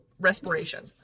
respiration